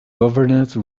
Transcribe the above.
governance